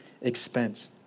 expense